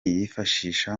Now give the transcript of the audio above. yifashisha